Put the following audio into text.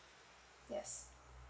yes